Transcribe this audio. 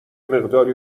مقداری